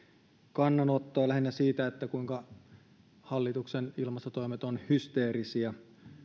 kannanottoa lähinnä siitä kuinka hallituksen ilmastotoimet ovat hysteerisiä